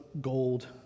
gold